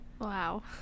wow